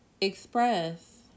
express